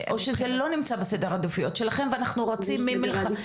או שזה לא נמצא בסדר העדיפויות שלכן ואנחנו רצים ממגיפה